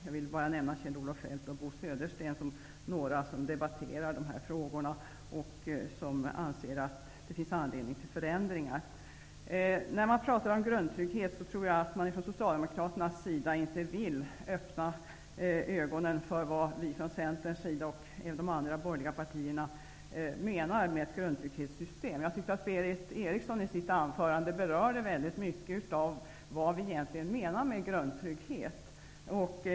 Jag vill bara nämna Kjell-Olof Feldt och Bo Södersten som några som debatterar de här frågorna och som anser att det finns anledning att göra förändringar. Jag tror att Socialdemokraterna inte vill öppna ögonen för vad vi från Centerns sida och även de andra borgerliga partierna menar med ett grundtrygghetssystem. Jag tycker att Berith Eriksson i sitt anförande berörde väldigt mycket av vad vi egentligen menar med grundtrygghet.